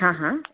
હા હા